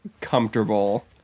comfortable